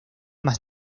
más